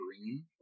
green